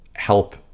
help